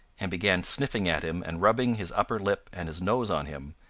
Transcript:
and began sniffing at him and rubbing his upper lip and his nose on him,